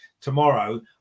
tomorrow